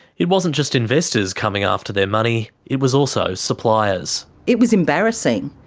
it wasn't just investors coming after their money, it was also suppliers. it was embarrassing.